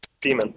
Demon